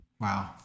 Wow